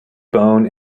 bone